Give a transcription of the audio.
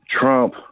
Trump